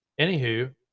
anywho